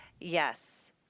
Yes